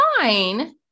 fine